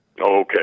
Okay